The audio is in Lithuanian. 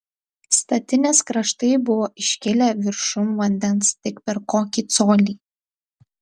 statinės kraštai buvo iškilę viršum vandens tik per kokį colį